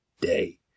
day